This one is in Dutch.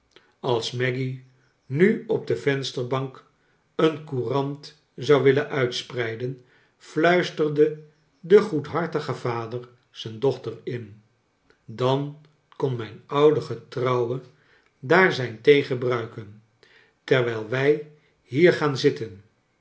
als maggy nu op de vensterbank een courant zou willen uitspreiden fluisterde de goedhartige vader zijn dochter in dan kon mijn oude getrouwe daar zijn thee gebruiken terwijl wij hier gaan zitten